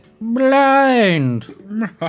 Blind